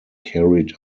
carried